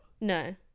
no